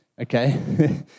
okay